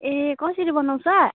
ए कसरी बनाउँछ